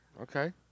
Okay